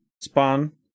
spawn